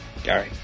Gary